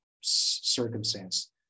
circumstance